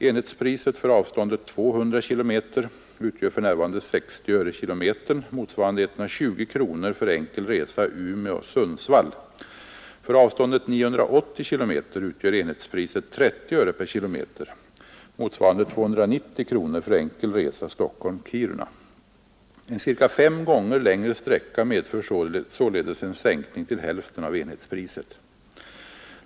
Enhetspriset för avståndet 200 km utgör för närvarande 60 öre km motsvarande 290 kronor för enkel resa Stockholm-Kiruna. En cirka fem gånger längre sträcka medför således en sänkning till hälften av enhetspriset.